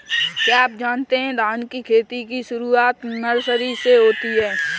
क्या आप जानते है धान की खेती की शुरुआत नर्सरी से होती है?